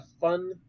fun